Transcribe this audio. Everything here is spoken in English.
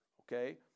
okay